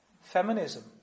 Feminism